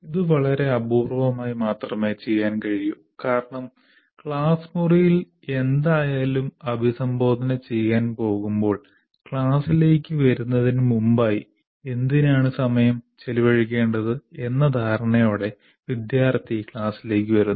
ഇത് വളരെ അപൂർവമായി മാത്രമേ ചെയ്യാൻ കഴിയൂ കാരണം ക്ലാസ് മുറിയിൽ എന്തായാലും അഭിസംബോധന ചെയ്യാൻ പോകുമ്പോൾ ക്ലാസ്സിലേക്ക് വരുന്നതിന് മുമ്പായി എന്തിനാണ് സമയം ചെലവഴിക്കേണ്ടതെന്ന ധാരണയോടെ വിദ്യാർത്ഥി ക്ലാസിലേക്ക് വരുന്നു